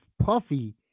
Puffy